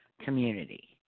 community